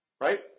right